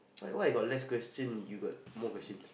why why I got less question you got more question